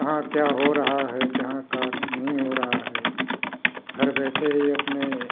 कहाँ क्या हो रहा है कहाँ का नहीं हो रहा है घर बैठे ही अपने